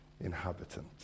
inhabitant